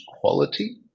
quality